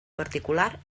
particular